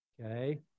okay